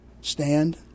stand